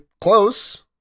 close